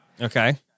okay